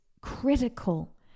critical